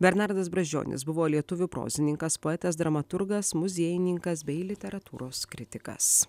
bernardas brazdžionis buvo lietuvių prozininkas poetas dramaturgas muziejininkas bei literatūros kritikas